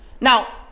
Now